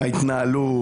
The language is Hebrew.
מההתנהלות.